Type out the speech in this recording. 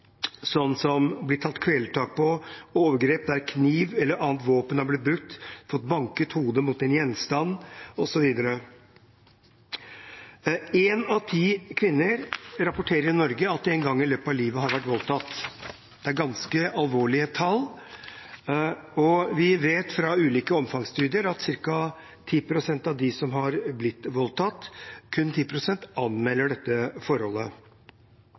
som å bli tatt kvelertak på, overgrep der kniv eller annet våpen er blitt brukt, fått banket hodet mot en gjenstand, osv. Én av ti kvinner rapporterer i Norge at de én gang i løpet av livet har blitt voldtatt. Det er ganske alvorlige tall. Vi vet fra ulike omfangsstudier at ca. 10 pst. av dem som har blitt voldtatt – kun 10 pst. – anmelder dette forholdet.